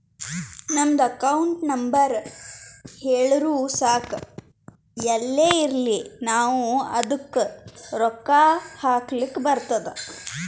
ನಿಮ್ದು account number ಹೇಳುರು ಸಾಕ್ ಎಲ್ಲೇ ಇರ್ಲಿ ನಾವೂ ಅದ್ದುಕ ರೊಕ್ಕಾ ಹಾಕ್ಲಕ್ ಬರ್ತುದ್